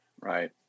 Right